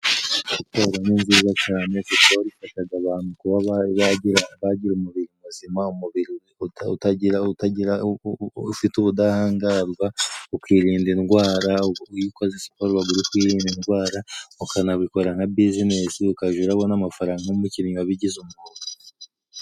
Siporo ni nziza cane kuko ifashaga abantu kuba bagira umubiri muzima, umubiri utagira utagira ufite ubudahangarwa ukirinda indwara. Iyo ukoze siporo ubaga uri kwirinda indwara ukanabikora nka bizinesi, ukaja urabona amafaranga nk'umukinnyi wabigize umwuga.